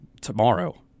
tomorrow